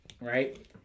Right